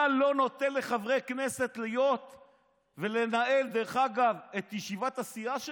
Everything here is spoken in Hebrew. אתה לא נותן לחברי כנסת להיות ולנהל את ישיבת הסיעה שלהם?